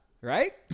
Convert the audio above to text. Right